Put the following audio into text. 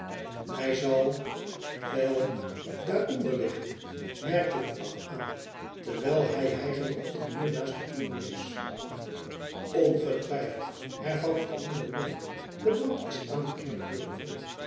hij zal wel daaronder liggen merkte de abt aan terwijl hij hijgende op den muur naast den toren wees ongetwijfeld hervatte de andere monnik de brand is aan de kerkdeur begonnen